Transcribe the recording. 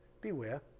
Beware